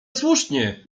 słusznie